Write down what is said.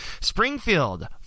Springfield